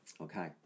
Okay